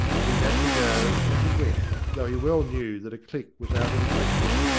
but he had to go, and he went, though he well knew that a click was out of the question,